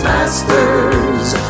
Masters